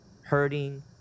hurting